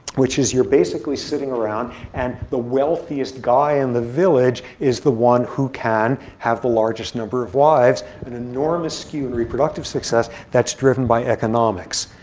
which is you're basically sitting around, and the wealthiest guy in the village is the one who can have the largest number of wives. an enormous skew in reproductive success that's driven by economics.